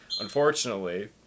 Unfortunately